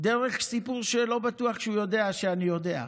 דרך סיפור שלא בטוח שהוא יודע שאני יודע.